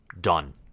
Done